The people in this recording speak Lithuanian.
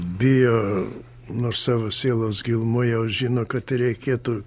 bio nors savo sielos gilumoj jau žino kad reikėtų